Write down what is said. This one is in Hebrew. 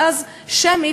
ואז שמית,